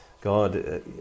God